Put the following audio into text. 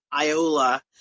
Iola